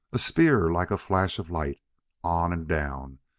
a spear like a flash of light on and down,